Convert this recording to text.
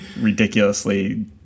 ridiculously